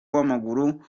w’amaguru